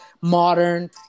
modern